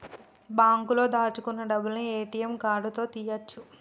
బాంకులో దాచుకున్న డబ్బులను ఏ.టి.యం కార్డు తోటి తీయ్యొచు